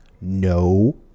No